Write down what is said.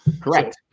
Correct